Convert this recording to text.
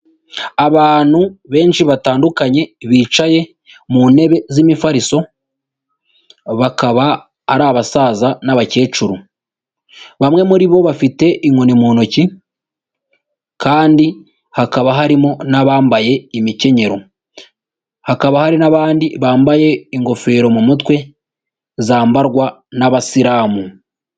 Abantu benshi batandukanye bicaye mu ntebe z'imifariso, bakaba ari abasaza n'abakecuru, bamwe muri bo bafite inkoni mu ntoki, kandi hakaba harimo n'abambaye imikenyero, hakaba hari n'abandi bambaye ingofero mu mutwe zambarwa n'Abasilamu.